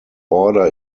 order